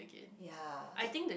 ya